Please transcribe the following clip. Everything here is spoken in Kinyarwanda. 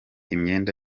imyenda